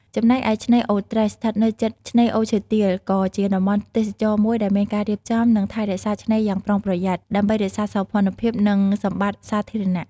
ចំណែកឯឆ្នេរអូរត្រេះ ស្ថិតនៅជិតឆ្នេរអូរឈើទាល ក៏ជាតំបន់ទេសចរណ៍មួយដែលមានការរៀបចំ និងថែរក្សាឆ្នេរយ៉ាងប្រុងប្រយ័ត្ន ដើម្បីរក្សាសោភ័ណភាព និង សម្បត្តិសាធារណៈ។